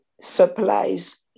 supplies